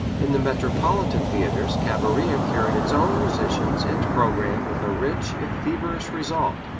in the metropolitan theatres cabiria carried its own musicians and programme with a rich if feverish result.